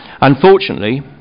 Unfortunately